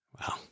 Wow